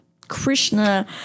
krishna